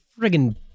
friggin